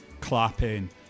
clapping